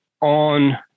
on